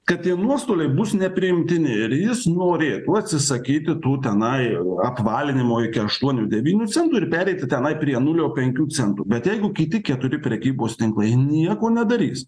kad tie nuostoliai bus nepriimtini ir jis norėtų atsisakyti tų tenai apvalinimo iki aštuonių devynių centų ir pereiti tenai prie nulio penkių centų bet jeigu kiti keturi prekybos tinklai nieko nedarys